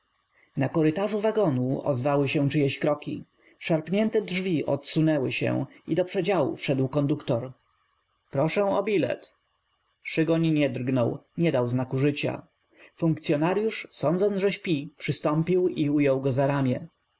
na korytarzu w agonu ozw ały się czyjeś k ro k i szarpnięte drzw i odsunęły się i do przedziału w szedł k o n d u k to r proszę o bilet szygoń nie drgnął nie d ał znaku życia funkcyonaryusz sądząc że śpi przystąpił i ujął go za ram